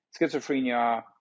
schizophrenia